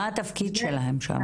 מה התפקיד שלהם שם?